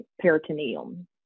peritoneum